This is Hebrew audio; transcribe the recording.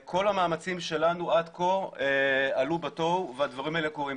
כול המאמצים שלנו עד כה עלו בתוהו והדברים האלה קורים,